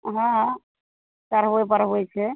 हँ चढ़बै बढ़बै छै